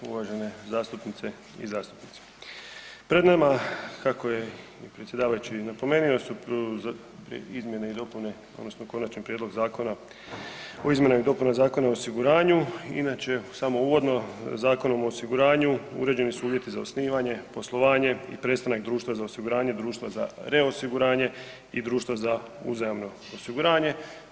Uvažene zastupnice i zastupnici, pred nama kako je i predsjedavajući napomenuo su izmjene i dopune odnosno Konačni prijedlog Zakona o izmjenama i dopunama Zakona o osiguranju, inače samo uvodno Zakonom o osiguranju uređeni su uvjeti za osnivanje, poslovanje i prestanak društva za osiguranje, društva za reosiguranje i društva za uzajamno osiguranje.